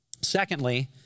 Secondly